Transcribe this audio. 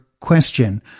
question